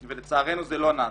לצערנו זה לא נעשה.